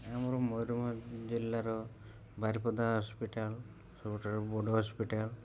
ଆମର ମୟୂରଭଞ୍ଜ ଜିଲ୍ଲାର ବାରିପଦା ହସ୍ପିଟାଲ୍ ସବୁଠାରୁ ବଡ଼ ହସ୍ପିଟାଲ୍